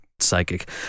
psychic